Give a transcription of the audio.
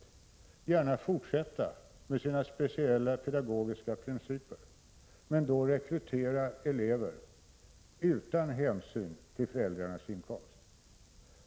De skall då gärna fortsätta med sina speciella pedagogiska principer, men de bör rekrytera elever utan hänsyn till föräldrarnas inkomst.